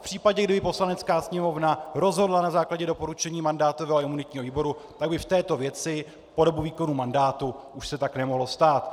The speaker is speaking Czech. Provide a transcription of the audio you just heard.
V případě, kdyby Poslanecká sněmovna rozhodla na základě doporučení mandátového a imunitního výboru, tak by v této věci po dobu výkonu mandátu už se tak nemohlo stát.